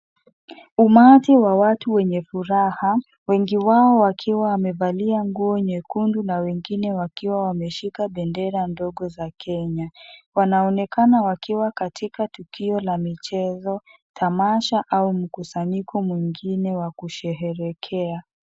Umati wa watu wenye furaha. Wengi wao, wakiwa wamevalia nguo nyekundu na wengine wakiwa wameshika bendera ndogo za Kenya. Wanaoneka wakiwa katika tukio la michezo, tamasha au mkusanyiko mwingine wa kusherehekea.